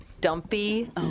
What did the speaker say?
dumpy